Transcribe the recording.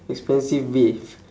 expensive beef